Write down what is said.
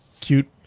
cute